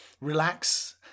relax